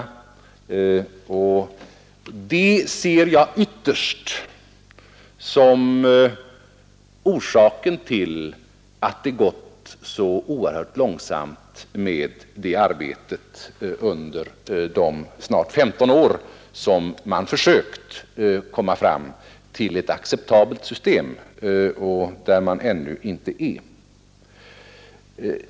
Det ser jag ytterst som orsaken till att arbetet gått så oerhört långsamt under de snart 15 år man försökt komma fram till ett acceptabelt system men ännu inte lyckats.